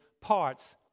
parts